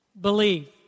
Believe